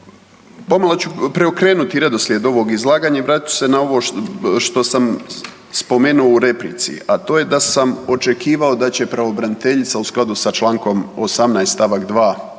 Pomalo ću preokrenuti redoslijed ovog izlaganja i vratit ću se na ovo što sam spomenuo u replici, a to je da sam očekivao da će pravobraniteljica u skladu sa Člankom 18. stavak 2.